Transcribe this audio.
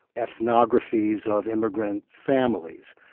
ethnographies of immigrant families.